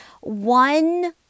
One